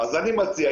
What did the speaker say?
אני מציע,